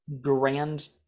grand